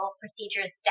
procedures